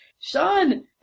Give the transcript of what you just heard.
Sean